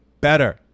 better